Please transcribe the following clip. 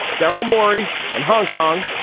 daryl morey and hong kong.